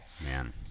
man